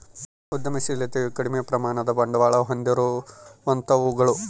ಉದ್ಯಮಶಿಲತೆಯು ಕಡಿಮೆ ಪ್ರಮಾಣದ ಬಂಡವಾಳ ಹೊಂದಿರುವಂತವುಗಳು